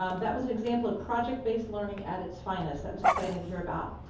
um that was an example of project-based learning at its finest, that was exciting to hear about.